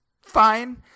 fine